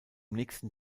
nächsten